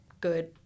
good